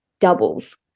doubles